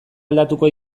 aldatuko